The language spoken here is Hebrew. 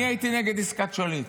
אני הייתי נגד עסקת שליט.